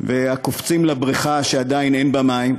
והקופצים לבריכה שעדיין אין בה מים?